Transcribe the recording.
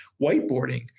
whiteboarding